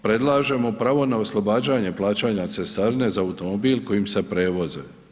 Predlažemo pravo na oslobađanje plaćanja cestarine za automobil kojim se prevode.